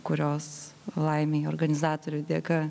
kurios laimei organizatorių dėka